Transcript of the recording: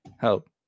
Help